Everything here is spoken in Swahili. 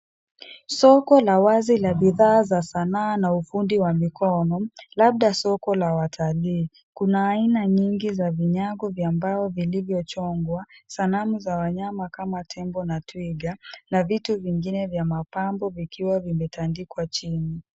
Soko la wazi la bidhaa za sana na ufundi wa mikono. Labda soko la watalii. Kuna aina nyingi za vinyango vya mbao vilivyochongwa. Sanamu za wanyama kama tembo na twiga na vitu vingine vya mapambo vikiwa vimetandikwa chini.